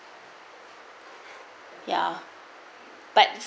ya but